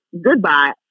goodbye